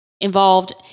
involved